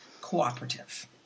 cooperative